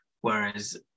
whereas